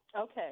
Okay